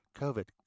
COVID